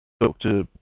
Doctor